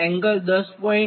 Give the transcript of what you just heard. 135 10